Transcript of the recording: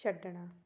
ਛੱਡਣਾ